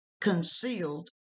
concealed